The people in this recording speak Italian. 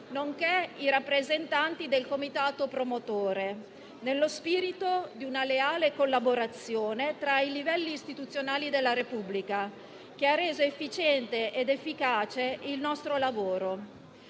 nonché i rappresentanti del comitato promotore, nello spirito di una leale collaborazione tra i livelli istituzionali della Repubblica, che ha reso efficiente ed efficace il nostro lavoro.